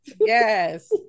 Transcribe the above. Yes